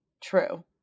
true